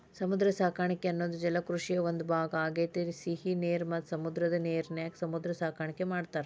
ಸಮುದ್ರ ಸಾಕಾಣಿಕೆ ಅನ್ನೋದು ಜಲಕೃಷಿಯ ಒಂದ್ ಭಾಗ ಆಗೇತಿ, ಸಿಹಿ ನೇರ ಮತ್ತ ಸಮುದ್ರದ ನೇರಿನ್ಯಾಗು ಸಮುದ್ರ ಸಾಕಾಣಿಕೆ ಮಾಡ್ತಾರ